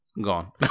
gone